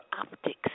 optics